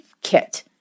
kit